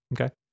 Okay